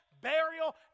burial